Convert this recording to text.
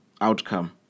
Outcome